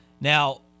Now